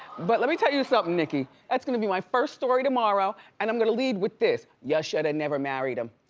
but let me tell you something, nikki. that's gonna be my first story tomorrow. and i'm gonna lead with this, ya shoulda never married him.